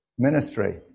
Ministry